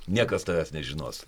niekas tavęs nežinos